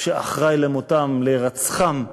שאחראי למותם, להירצחם,